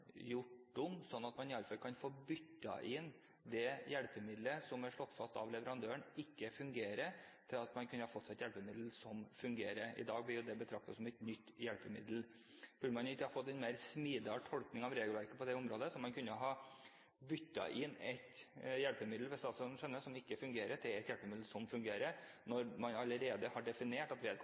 gjort om, slik at man iallfall kunne få byttet inn det hjelpemiddelet som det er slått fast av leverandøren ikke fungerer, og fått seg et hjelpemiddel som fungerer? I dag blir det betraktet som et nytt hjelpemiddel. Kunne man ikke fått en smidigere tolkning av regelverket på dette området, så man kunne ha byttet inn et hjelpemiddel som ikke fungerer, med et som fungerer, når man allerede har definert at